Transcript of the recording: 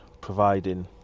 providing